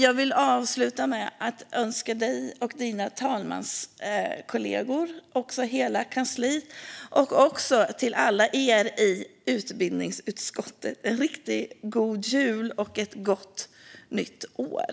Jag vill avsluta med att önska dig, dina talmanskollegor, hela kansliet och också alla er i utbildningsutskottet en riktigt god jul och ett gott nytt år.